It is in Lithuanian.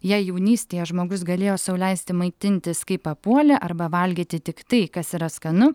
jei jaunystėje žmogus galėjo sau leisti maitintis kaip papuolė arba valgyti tik tai kas yra skanu